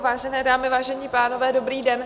Vážené dámy, vážení pánové, dobrý den.